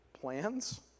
plans